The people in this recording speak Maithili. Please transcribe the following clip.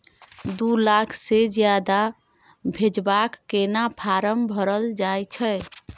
दू लाख से ज्यादा भेजबाक केना फारम भरल जाए छै?